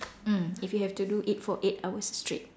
mm if you have to do it for eight hour straight